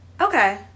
okay